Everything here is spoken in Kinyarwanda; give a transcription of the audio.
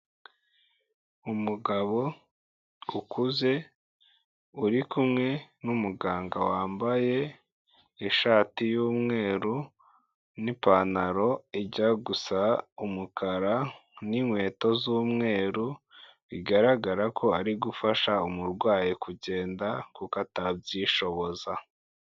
Umugabo ukuze uri kumwe n'umuganga wambaye ishati y'umweru n'ipantaro ijya gusa umukara n'inkweto z'umweru, bigaragara ko ari gufasha umurwayi kugenda kuko atabyishoboza.